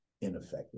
ineffective